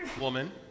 woman